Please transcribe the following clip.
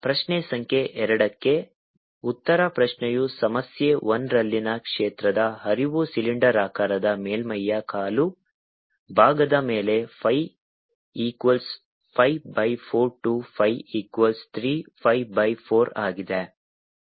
dS2Rcos2ϕ3Rsin2RdϕdzR22ϕ3ϕdϕdzR22ϕdϕdz ಪ್ರಶ್ನೆ ಸಂಖ್ಯೆ 2 ಕ್ಕೆ ಉತ್ತರ ಪ್ರಶ್ನೆಯು ಸಮಸ್ಯೆ 1 ರಲ್ಲಿನ ಕ್ಷೇತ್ರದ ಹರಿವು ಸಿಲಿಂಡರಾಕಾರದ ಮೇಲ್ಮೈಯ ಕಾಲು ಭಾಗದ ಮೇಲೆ pi equals pi by 4 to phi equals 3 pi by 4 ಆಗಿದೆ